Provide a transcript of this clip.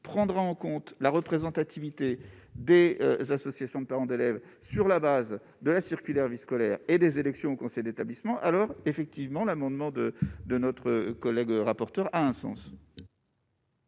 prendra en compte la représentativité des associations de parents d'élèves sur la base de la circulaire vie scolaire et des élections au conseils d'établissement alors effectivement l'amendement de de notre collègue rapporteur un sens.